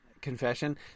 confession